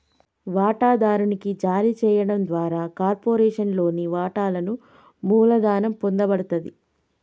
వాటాదారునికి జారీ చేయడం ద్వారా కార్పొరేషన్లోని వాటాలను మూలధనం పొందబడతది